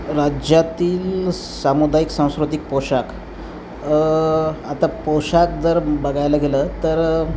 राज्यातील सामुदायिक सांस्कृतिक पोशाख आता पोशाख जर बघायला गेलं तर